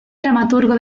dramaturgo